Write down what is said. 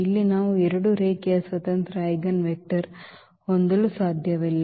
ಇಲ್ಲಿ ನಾವು ಎರಡು ರೇಖೀಯ ಸ್ವತಂತ್ರ ಐಜೆನ್ ವೆಕ್ಟರ್ ಹೊಂದಲು ಸಾಧ್ಯವಿಲ್ಲ